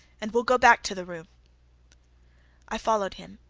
and we'll go back to the room i followed him,